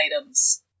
items